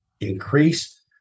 increase